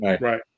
right